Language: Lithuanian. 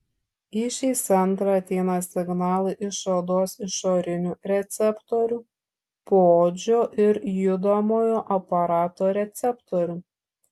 į šį centrą ateina signalai iš odos išorinių receptorių poodžio ir judamojo aparato receptorių